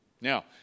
Now